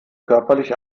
körperlich